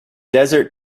desert